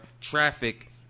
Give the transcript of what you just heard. traffic